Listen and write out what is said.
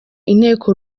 inteko